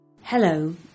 Hello